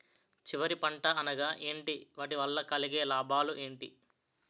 చివరి పంట అనగా ఏంటి వాటి వల్ల కలిగే లాభాలు ఏంటి